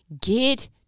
Get